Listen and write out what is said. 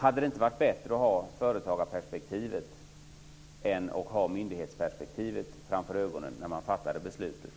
Hade det inte varit bättre att ha företagarperspektivet än att ha myndighetsperspektivet framför ögonen när man fattade beslutet?